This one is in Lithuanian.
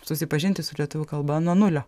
susipažinti su lietuvių kalba nuo nulio